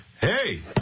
Hey